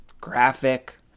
graphic